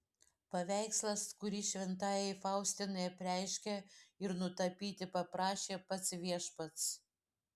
paveikslas kurį šventajai faustinai apreiškė ir nutapyti paprašė pats viešpats